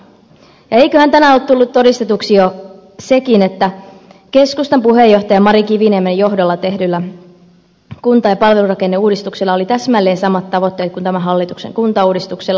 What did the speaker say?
eiköhän tänään ole tullut todistetuksi jo sekin että keskustan puheenjohtaja mari kiviniemen johdolla tehdyllä kunta ja palvelurakenneuudistuksella oli täsmälleen samat tavoitteet kuin tämän hallituksen kuntauudistuksella